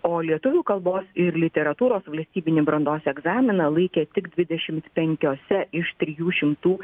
o lietuvių kalbos ir literatūros valstybinį brandos egzaminą laikė tik dvidešimt penkiose iš trijų šimtų